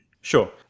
Sure